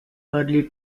early